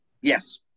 Yes